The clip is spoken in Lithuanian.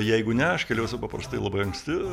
jeigu ne aš keliuosi paprastai labai anksti